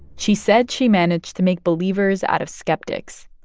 she said she managed to make believers out of skeptics,